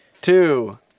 two